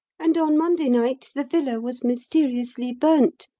and on monday night the villa was mysteriously burnt,